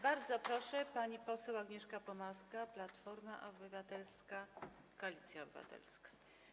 Bardzo proszę, pani poseł Agnieszka Pomaska, Platforma Obywatelska - Koalicja Obywatelska.